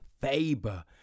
Faber